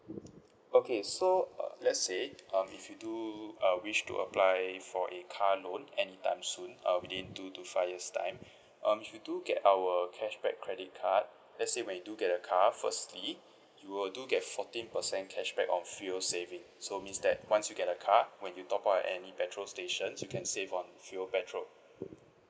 okay so uh let's say um if you do uh wish to apply for a car loan anytime soon uh within two to five years time um you do get our cashback credit card let's say when you do get a car firstly you will do get fourteen percent cashback on fuel saving so means that once you get a car when you top up at any petrol station you can save on fuel petrol